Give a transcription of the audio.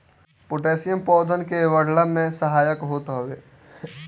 potassium पौधन के बढ़ला में सहायक होत हवे